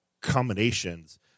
combinations